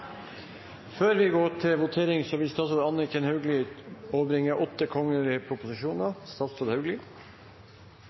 Før vi går til votering, vil statsråd Anniken Hauglie overbringe åtte kongelige proposisjoner.